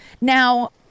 now